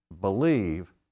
believe